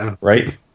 Right